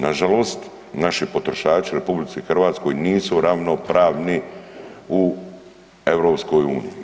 Nažalost naši potrošači u RH nisu ravnopravni u EU.